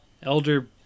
Elder